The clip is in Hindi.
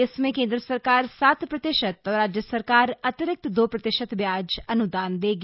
इसमें केंद्र सरकार सात प्रतिशत और राज्य सरकार अतिरिक्त दो प्रतिशत ब्याज अन्दान देगी